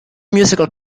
musical